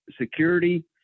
security